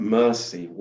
mercy